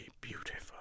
beautiful